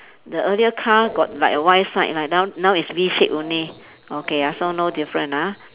the earlier car got like a Y side like now now is V shape only okay ah so no different ah